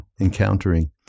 encountering